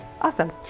Awesome